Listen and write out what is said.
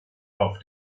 auf